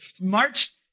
March